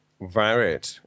varied